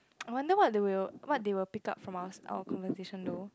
I wonder what they will what they will pick up from our our conversation though